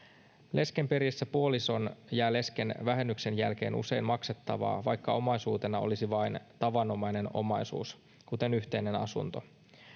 lesken periessä puolison jää lesken vähennyksen jälkeen usein maksettavaa vaikka omaisuutena olisi vain tavanomainen omaisuus kuten yhteinen asunto